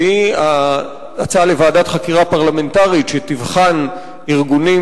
והיא ההצעה לוועדת חקירה פרלמנטרית שתבחן ארגונים